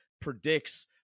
predicts